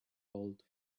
hold